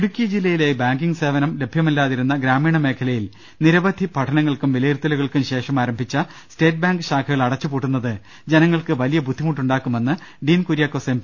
ഇടുക്കി ജില്ലയിലെ ബാങ്കിങ് സേവനം ലഭ്യമല്ലാതിരുന്ന ഗ്രാമീണ മേഖലയിൽ നിരവധി പഠനങ്ങൾക്കും വിലയിരുത്തലുകൾക്കുംശേഷം ആരംഭിച്ച സ്റ്റേറ്റ് ബാങ്ക് ശാഖകൾ അടച്ചുപൂട്ടുന്നത് ജനങ്ങൾക്ക് വലിയ ബുദ്ധിമുട്ടുണ്ടാക്കുമെന്ന് ഡീൻ കുര്യാക്കോസ് എം